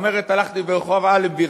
אומרת: הלכתי ברחוב אלנבי,